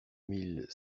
mille